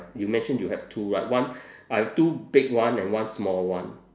you mentioned you have two right one I have two big one and one small one